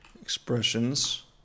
expressions